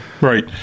Right